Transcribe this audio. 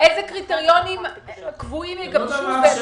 איזה קריטריונים קבועים יגבשו?